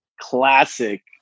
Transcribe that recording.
classic